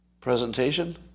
presentation